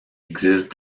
existe